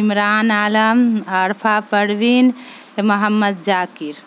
Imran Alam Arifa Parveen Mohammad Zakir